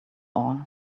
all